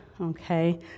Okay